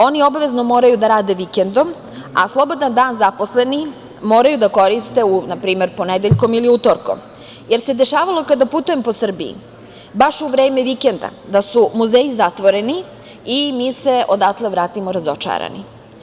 Oni obavezno moraju da rade vikendom, a slobodan dan zaposleni moraju da koriste na primer ponedeljkom ili utorkom, jer se dešavalo kada putujem po Srbiji baš u vreme vikenda da su muzeji zatvoreni i mi se odatle vratimo razočarani.